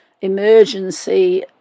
emergency